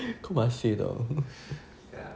kau masih [tau]